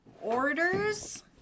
Orders